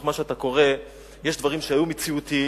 מה שאתה קורא יש דברים שהיו מציאותיים,